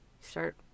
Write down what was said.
Start